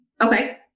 Okay